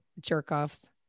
jerk-offs